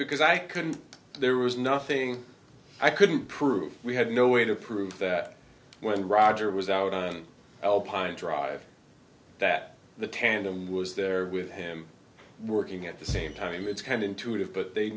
because i couldn't there was nothing i couldn't prove we had no way to prove that when roger was out on alpine drive that the tandem was there with him working at the same time it's kind intuitive but they